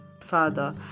Father